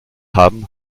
haben